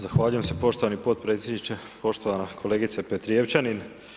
Zahvaljujem se poštovani potpredsjedniče, poštovana kolegice Petrijevčanin.